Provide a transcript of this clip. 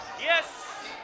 Yes